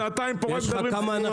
אתם שעתיים פה רק מדברים על סיסמאות,